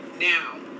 Now